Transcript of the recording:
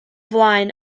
flaen